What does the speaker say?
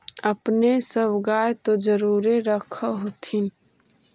अपने सब गाय तो जरुरे रख होत्थिन?